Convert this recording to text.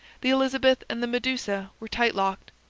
the elizabeth and the medusa were tight-locked,